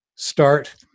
start